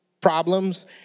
Problems